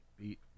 beat